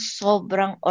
sobrang